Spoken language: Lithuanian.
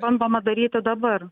bandoma daryti dabar